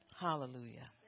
hallelujah